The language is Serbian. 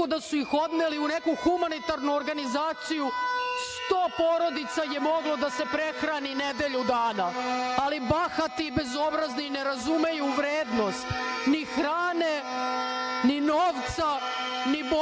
da su ih odneli u neku humanitarnu organizaciju 100 porodica je moglo da se prehrani nedelju dana. Ali, bahati i bezobrazni ne razumeju vrednosti ni hrane, ni novca, ni borbe